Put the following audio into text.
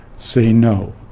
say no.